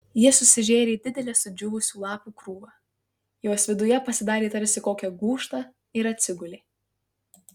ji susižėrė didelę sudžiūvusių lapų krūvą jos viduje pasidarė tarsi kokią gūžtą ir atsigulė